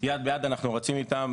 יד ביד אנחנו רצים איתם,